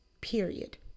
period